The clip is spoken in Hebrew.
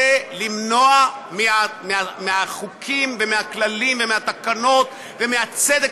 זה למנוע מהחוקים ומהכללים ומהתקנות ומהצדק